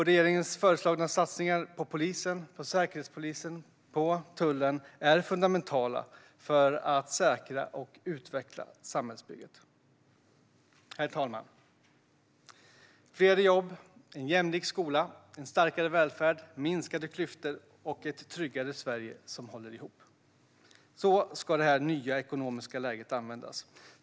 Regeringens föreslagna satsningar på polisen, säkerhetspolisen och tullen är fundamentala för att säkra och utveckla samhällsbygget. Herr talman! Fler jobb, en jämlik skola, en starkare välfärd, minskade klyftor och ett tryggare Sverige som håller ihop - så ska det nya ekonomiska läget användas.